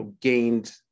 gained